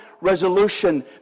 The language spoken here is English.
resolution